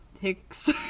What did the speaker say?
hicks